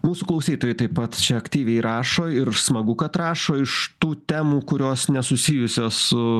mūsų klausytojai taip pat čia aktyviai rašo ir smagu kad rašo iš tų temų kurios nesusijusios su